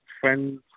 friends